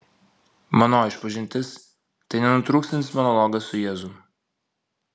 manoji išpažintis tai nenutrūkstantis monologas su jėzum